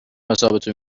حسابتو